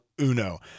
uno